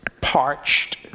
parched